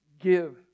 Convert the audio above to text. give